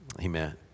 Amen